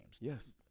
Yes